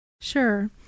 Sure